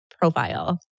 profile